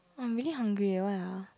I'm really hungry why ah